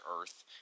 Earth